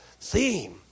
theme